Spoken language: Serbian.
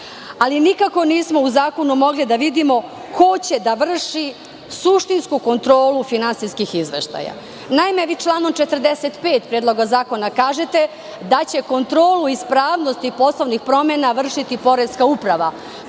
Nikako nismo u zakonu mogli da vidimo ko će da vrši suštinsku kontrolu finansijskih izveštaja. Naime, vi članom 45. Predloga zakona kažete da će kontrolu ispravnosti poslovnih promena vršiti Poreska uprava,